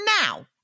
now